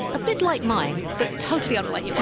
a bit like mine, but totally unlike